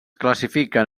classifiquen